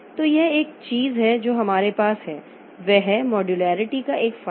तो यह एक चीज है जो हमारे पास है वह है मॉड्यूलरिटी का एक फायदा